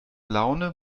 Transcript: laune